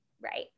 Right